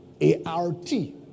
A-R-T